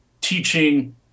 teaching